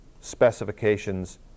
specifications